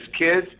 kids